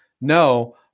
No